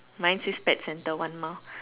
mine said pet centre one mile